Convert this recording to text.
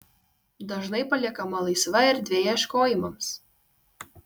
dažnai paliekama laisva erdvė ieškojimams